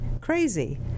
crazy